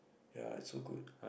ya it's so good